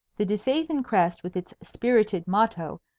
the disseisin crest with its spirited motto,